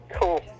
Cool